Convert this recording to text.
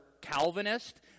Calvinist